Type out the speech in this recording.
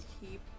keep